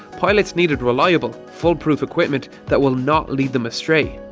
pilots needed reliable fool-proof equipment that will not lead them astray.